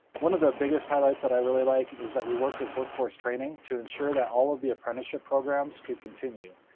one of the biggest highlights that i really like is that we worked with workforce training to ensure that all of the apprenticeship programs could continue.